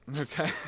okay